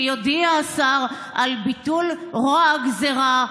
שיודיע השר על ביטול רוע הגזרה,